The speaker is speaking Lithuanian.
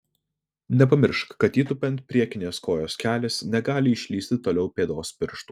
nepamiršk kad įtūpiant priekinės kojos kelis negali išlįsti toliau pėdos pirštų